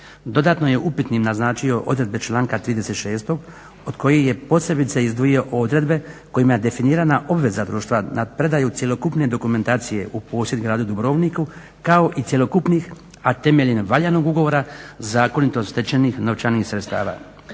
Dotaknuo je i upitnim naznačio odredbe članak 36. od kojih je posebice izdvojio odredbe kojima je definirana obveza društva nad predaju cjelokupne dokumentacije u posjed gradu Dubrovniku kao i cjelokupnih a temeljem valjanog ugovora zakonito stečenih novčanih sredstava.